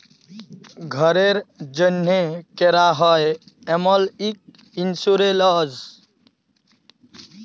ঘ্যরের জ্যনহে ক্যরা হ্যয় এমল ইক ইলসুরেলস